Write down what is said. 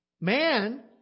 man